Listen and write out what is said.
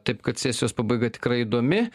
taip kad sesijos pabaiga tikrai įdomi